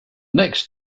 next